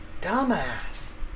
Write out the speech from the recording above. Dumbass